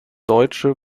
deutsche